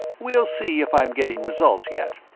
we'll see if i'm getting results, yet.